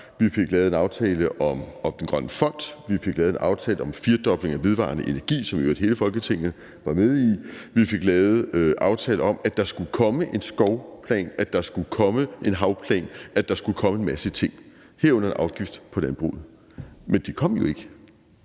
Vi fik lavet en aftale om den grønne fond; vi fik lavet en aftale om en firedobling af vedvarende energi, som i øvrigt hele Folketinget var med i; vi fik lavet en aftale om, at der skulle komme en skovplan, at der skulle komme en havplan, at der skulle komme en masse ting, herunder en afgift på landbruget. Men de kom jo ikke,